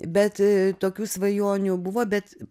bet tokių svajonių buvo bet